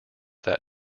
that